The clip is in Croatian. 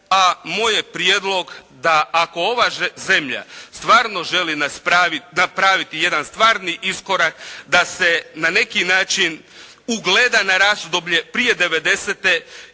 a moj je prijedlog ako ova zemlja stvarno želi napraviti jedan stvarni iskorak da se na neki način ugleda na razdoblje prije 1990-te jer